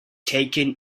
taken